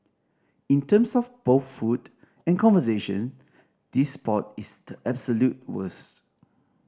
in terms of both food and conversation this spot is the absolute worst